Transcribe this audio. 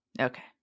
okay